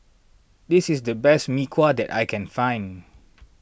this is the best Mee Kuah that I can find